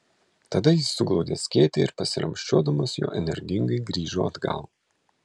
tada jis suglaudė skėtį ir pasiramsčiuodamas juo energingai grįžo atgal